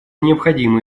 необходимо